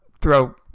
throw